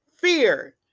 Fear